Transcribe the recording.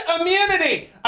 immunity